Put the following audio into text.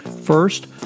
First